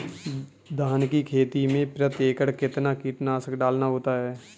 धान की खेती में प्रति एकड़ कितना कीटनाशक डालना होता है?